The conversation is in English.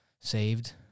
saved